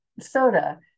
soda